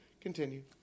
continue